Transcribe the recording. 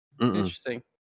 Interesting